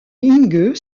inge